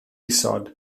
isod